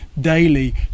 daily